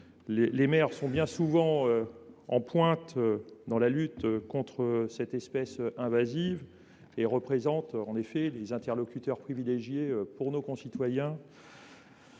les maires sont bien souvent en pointe dans la lutte contre cette espèce invasive et représentent les interlocuteurs privilégiés de nos concitoyens.